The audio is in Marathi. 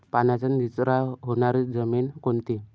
पाण्याचा निचरा होणारी जमीन कोणती?